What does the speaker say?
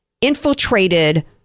infiltrated